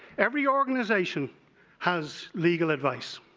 every organization has legal advice.